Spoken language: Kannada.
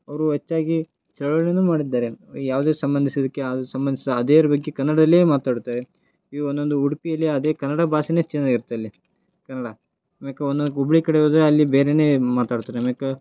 ಅವರು ಹೆಚ್ಚಾಗಿ ಚಳುವಳಿನೂ ಮಾಡಿದ್ದಾರೆ ಯಾವುದೇ ಸಂಬಂಧಿಸಿದ್ದಕ್ಕೆ ಯಾವುದೇ ಸಂಬಂಧಿಸಿದ ಅದೇ ರೀತಿ ಕನ್ನಡದಲ್ಲೇ ಮಾತಾಡ್ತೇವೆ ಈಗ ಒಂದೊಂದು ಉಡುಪಿಯಲ್ಲಿ ಅದೇ ಕನ್ನಡ ಭಾಷೆನೇ ಚೆನಾಗಿರ್ತೆ ಅಲ್ಲಿ ಕನ್ನಡ ಆಮ್ಯಾಕೆ ಒನ್ ಹುಬ್ಳಿ ಕಡೆ ಹೋದ್ರೆ ಅಲ್ಲಿ ಬೇರೆಯೇ ಮಾತಾಡ್ತಾರೆ ಆಮ್ಯಾಕೆ